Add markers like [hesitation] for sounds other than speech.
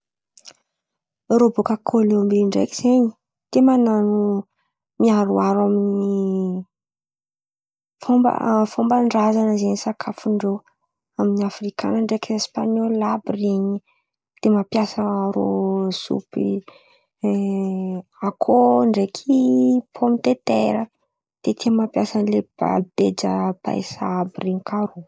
Rô bòka Kolomby ndreky zen̈y, tia manano miaroaro amin'ny fomba [hesitation] fômban-drazan̈a zen̈y sakafondrô amin'ny afrikana ndreky espan̈oly àby ren̈y. De mampiasa rô sopy [hesitation] akôho ndreky pômy de tera. De tia mampiasa le paeja paesa àby ren̈y koa rô.